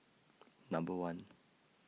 Number one